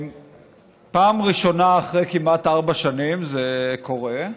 פעם ראשונה אחרי כמעט ארבע שנים זה קורה,